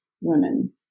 women